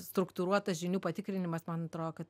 struktūruotas žinių patikrinimas man atrodo kad